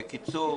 בקיצור,